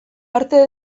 arte